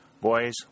Boys